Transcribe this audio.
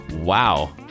Wow